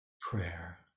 prayer